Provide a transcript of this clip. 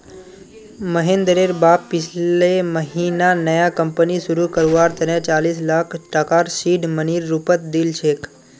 महेंद्रेर बाप पिछले महीना नया कंपनी शुरू करवार तने चालीस लाख टकार सीड मनीर रूपत दिल छेक